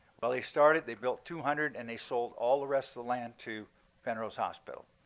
well, they started, they built two hundred, and they sold all the rest of the land to penrose hospital.